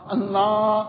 Allah